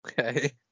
Okay